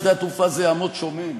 שדה התעופה הזה יעמוד שומם.